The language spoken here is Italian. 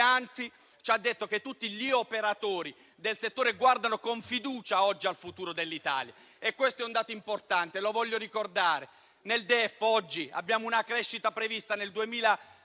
anzi, ci ha detto che tutti gli operatori del settore guardano con fiducia al futuro dell'Italia: questo è un dato importante e lo voglio ricordare. Nel DEF abbiamo una crescita prevista nel 2024